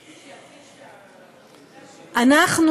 אנחנו,